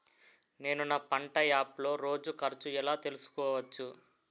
నేను నా పంట యాప్ లో రోజు ఖర్చు ఎలా తెల్సుకోవచ్చు?